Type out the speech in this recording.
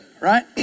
right